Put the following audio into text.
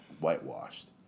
whitewashed